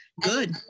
Good